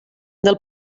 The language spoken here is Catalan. del